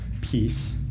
peace